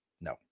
no